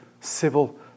civil